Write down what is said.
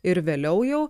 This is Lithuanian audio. ir vėliau jau